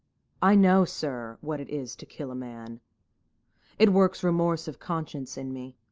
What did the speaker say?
i know, sir, what it is to kill a man it works remorse of conscience in me.